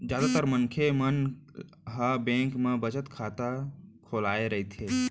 जादातर मनखे मन ह बेंक म बचत खाता खोलवाए रहिथे